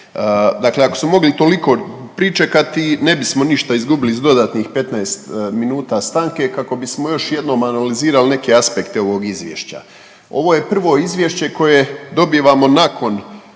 dakle ako smo mogli toliko pričekati ne bismo ništa izgubili s dodatnih 15 minuta stanke kako bismo još jednom analizirali neke aspekte ovog izvješća. Ovo je prvo izvješće koje dobivamo nakon